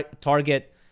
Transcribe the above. target